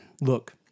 look